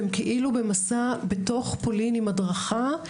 והם כאילו במסע בתוך פולין עם הדרכה.